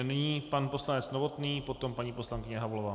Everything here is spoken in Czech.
Nyní pan poslanec Novotný, potom paní poslankyně Havlová.